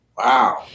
Wow